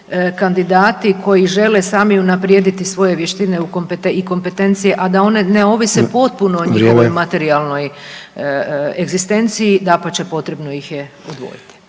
kandidati koji žele sami unaprijediti svoje vještine i kompetencije a da one ne ovise potpuno o njihovoj materijalnoj egzistenciji dapače potrebno ih je odvojiti.